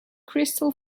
crystal